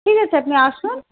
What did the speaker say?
ঠিক আছে আপনি আসুন